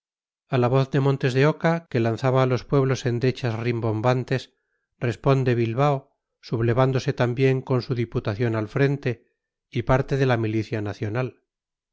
a la voz de montes de oca que lanzaba a los pueblos endechas rimbombantes responde bilbao sublevándose también con su diputación al frente y parte de la milicia nacional